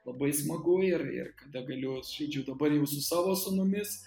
labai smagu ir ir kada galiu žaidžiu dabar jau su savo sūnumis